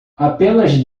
apenas